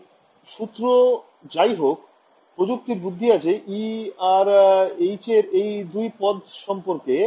তাই সূত্র যাই হোক প্রযুক্তির বুদ্ধি বলছে e আর h এই নতুন দুই পদ সম্পর্কে